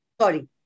Sorry